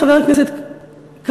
חבר הכנסת כבל,